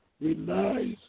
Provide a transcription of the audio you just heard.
relies